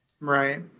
Right